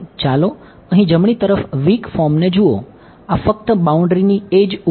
ચાલો અહી જમણી તરફ વીક ફોર્મને જુઓ આ ફક્ત બાઉન્ડ્રીની એડ્જ ઉપર છે